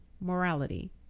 morality